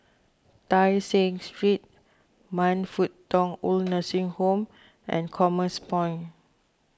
Tai Seng Street Man Fut Tong Old Nursing Home and Commerce Point